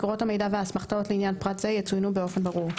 מקורות המידע והאסמכתאות לעניין פרט זה יצוינו באופן ברור,